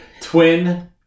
twin